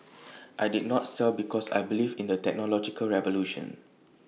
I did not sell because I believe in the technological revolution